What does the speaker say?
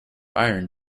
iron